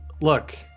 Look